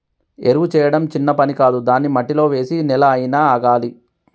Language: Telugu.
ఎరువు చేయడం చిన్న పని కాదు దాన్ని మట్టిలో వేసి నెల అయినా ఆగాలి